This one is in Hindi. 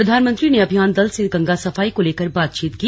प्रधानमंत्री ने अभियान दल से गंगा सफाई को लेकर बातचीत की